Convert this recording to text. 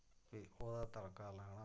फ्ही ओह्दा तड़का लाना